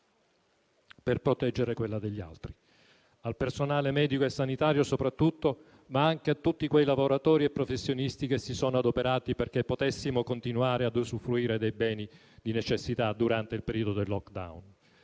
per proteggere quella degli altri, al personale medico e sanitario soprattutto, ma anche a tutti quei lavoratori e professionisti che si sono adoperati perché potessimo continuare ad usufruire dei beni di prima necessità durante il periodo del *lockdown*.